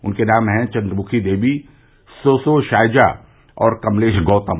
उनके नाम हैं चन्द्रमुखी देवी सोसो शायजा और कमलेश गौतम